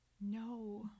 No